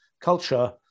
culture